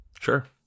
sure